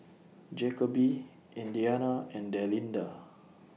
Jacoby Indiana and Delinda